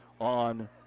on